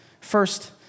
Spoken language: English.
first